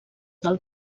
del